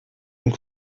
und